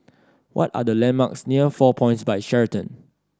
what are the landmarks near Four Points By Sheraton